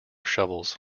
shovels